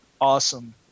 awesome